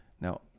now